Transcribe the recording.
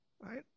Right